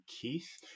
Keith